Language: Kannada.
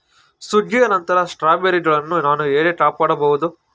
ಸುಗ್ಗಿಯ ನಂತರ ಸ್ಟ್ರಾಬೆರಿಗಳನ್ನು ಹೇಗೆ ಕಾಪಾಡ ಬಹುದು?